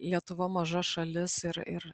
lietuva maža šalis ir ir